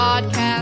Podcast